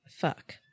fuck